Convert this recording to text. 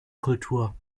kultur